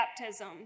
baptism